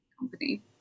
company